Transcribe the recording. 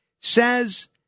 says